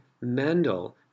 Mendel